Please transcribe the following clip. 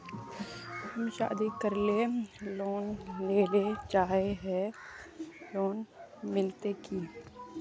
हम शादी करले लोन लेले चाहे है लोन मिलते की?